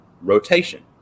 rotation